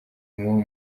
mubo